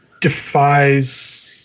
Defies